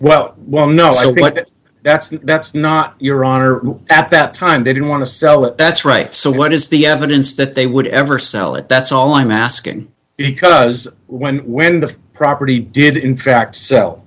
so well that that's the that's not your honor at that time they didn't want to sell it that's right so what is the evidence that they would ever sell it that's all i'm asking because when when the property did in fact sell